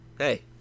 Hey